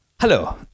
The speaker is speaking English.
Hello